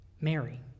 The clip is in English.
Mary